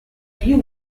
you